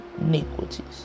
iniquities